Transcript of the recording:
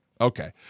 Okay